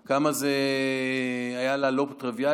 עד כמה זה היה לה לא טריוויאלי,